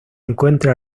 encuentra